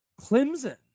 Clemson